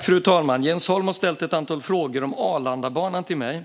Fru talman! Jens Holm har ställt ett antal frågor om Arlandabanan till mig.